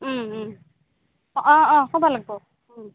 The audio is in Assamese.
অঁ অঁ ক'বা লাগিব